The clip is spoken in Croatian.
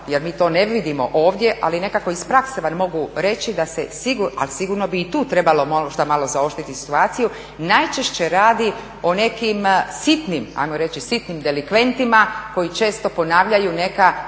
jer mi to ne vidimo ovdje, ali nekako iz prakse bar mogu reći da se sigurno, ali sigurno bi i tu trebalo možda malo zaoštriti situaciju, najčešće radi o nekim sitnim, ajmo reći sitnim delikventima koji često ponavljaju neka